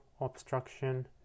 obstruction